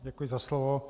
Děkuji za slovo.